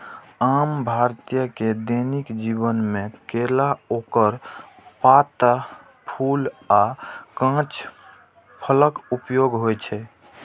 आम भारतीय के दैनिक जीवन मे केला, ओकर पात, फूल आ कांच फलक उपयोग होइ छै